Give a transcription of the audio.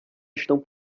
estão